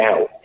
out